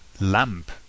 Lamp